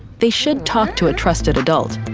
they should talk to a trusted adult,